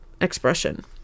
expression